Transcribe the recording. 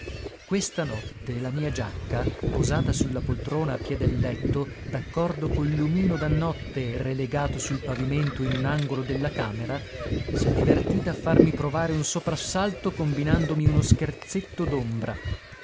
questa notte la mia giacca posata su la poltrona a piè del letto d'accordo col lumino da notte relegato sul pavimento in un angolo della camera s'è divertita a farmi provare un soprassalto combinandomi uno scherzetto